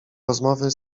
rozmowy